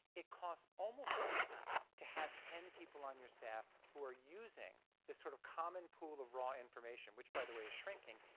it cost almost no money to have ten people on your staff who are using the sort of common pool of raw information, which by the way is shrinking,